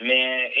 Man